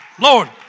Lord